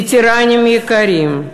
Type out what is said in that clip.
וטרנים יקרים,